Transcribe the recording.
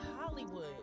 Hollywood